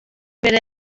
mbere